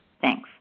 Thanks